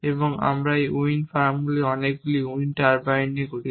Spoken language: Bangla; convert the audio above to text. এবং একটি উইন্ড ফার্ম অনেকগুলি উইন্ড টারবাইন নিয়ে গঠিত